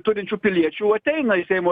turinčių piliečių ateina į seimo